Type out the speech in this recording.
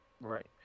Right